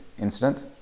incident